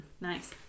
Nice